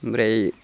ओमफ्राय